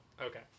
Okay